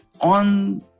on